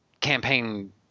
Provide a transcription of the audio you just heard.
campaign